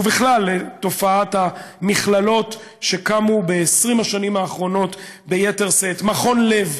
ובכלל תופעת המכללות שקמו ב-20 השנים האחרונות ביתר שאת מכון לב,